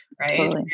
Right